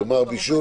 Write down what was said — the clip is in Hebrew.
כלומר, בישול?